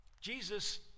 Jesus